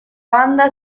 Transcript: banda